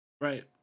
right